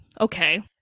Okay